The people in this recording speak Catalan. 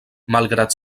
malgrat